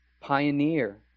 pioneer